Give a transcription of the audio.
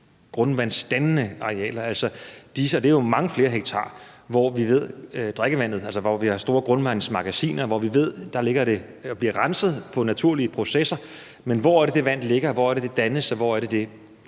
grundvandsdannende arealer. Altså, det er jo mange flere hektar, hvor vi har store grundvandsmagasiner, og hvor vi ved, at der ligger det og bliver renset ved naturlige processer. Men hvor er det, det vand ligger? Hvor er det, det dannes? Og hvor er de